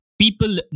people